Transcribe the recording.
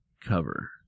cover